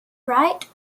wright